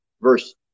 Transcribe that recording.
Verse